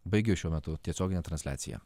baigiu šiuo metu tiesioginę transliaciją